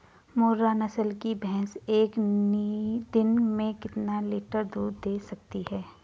मुर्रा नस्ल की भैंस एक दिन में कितना लीटर दूध दें सकती है?